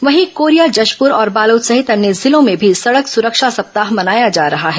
वहीं कोरिया जशपुर और बालोद सहित अन्य जिलों में भी सड़क सुरक्षा सप्ताह मनाया जा रहा है